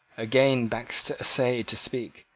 again baxter essayed to speak,